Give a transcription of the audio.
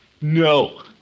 No